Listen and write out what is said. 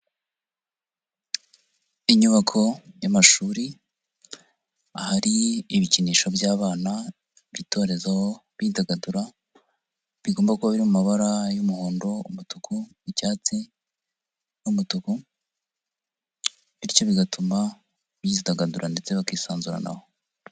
Inyubako y'amashuri ahari ibikinisho by'abana, bitorerezaho bidagadura, bigomba kuba biri mu mabara y'umuhondo, umutuku, icyatsi n'umutuku. Bityo bigatuma bidagadura ndetse bakisanzuranaho.